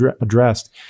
addressed